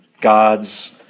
God's